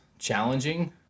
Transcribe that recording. challenging